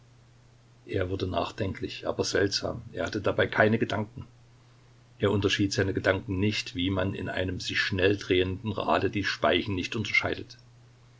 er wurde nachdenklich aber seltsam er hatte dabei keine gedanken er unterschied seine gedanken nicht wie man in einem sich schnell drehenden rade die speichen nicht unterscheidet